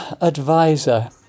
advisor